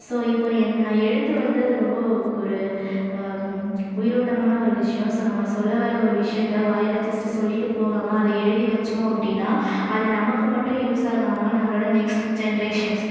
so இப்போது என் எழுத்து வந்து அது ரொம்ப ஒரு உயிரோட்டமான ஒரு விஷயம் ஸோ நம்ம சொல்ல வர ஒரு விஷயத்தை வாயால் ஜஸ்ட் சொல்லிட்டு போகாமல் அதை எழுதி வச்சோம் அப்படின்னா அது நமக்கு மட்டும் யூஸ் ஆகாமல் நம்மளோட நெக்ஸ்டு ஜென்ட்ரேஷன்ஸ்